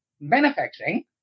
manufacturing